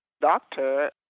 doctor